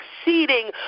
exceeding